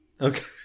Okay